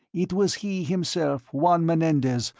it was he, himself, juan menendez,